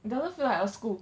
it doesn't feel like a school